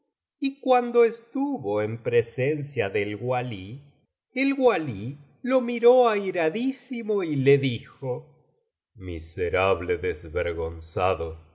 y cuando estuvo en presencia del walí el walí lo miró airadísimo y le dijo miserable desvergonzado